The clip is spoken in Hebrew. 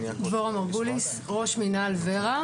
דבורה מרגוליס, ראש מינהל ור"ה.